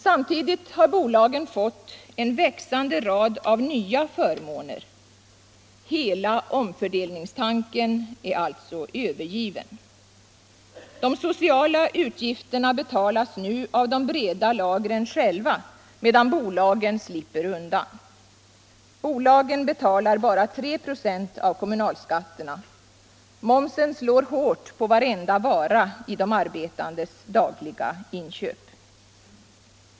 Samtidigt har bolagen fått en växande rad av nya förmåner. Hela omfördelningstanken är alltså övergiven. De sociala utgifterna betalas nu av de breda lagren själva, medan bolagen slipper undan. Bolagen betalar bara 3 "» av kommunalskatterna. Momsen slår hårt på varenda vara i de arbetandes dagliga inköp.